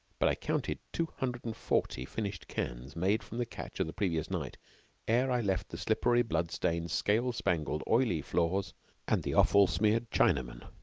but i counted two hundred and forty finished cans made from the catch of the previous night ere i left the slippery, blood-stained, scale-spangled, oily floors and the offal-smeared chinamen.